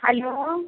hello